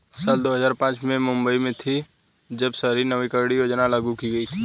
साल दो हज़ार पांच में मैं मुम्बई में थी, जब शहरी नवीकरणीय योजना लागू की गई थी